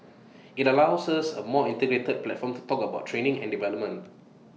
IT allows us A more integrated platform to talk about training and development